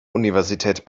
universität